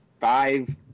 five